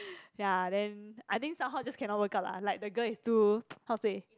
ya then I think somehow just cannot work out lah like the girl is too how to say